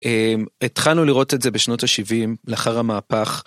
התחלנו לראות את זה בשנות ה-70 לאחר המהפך.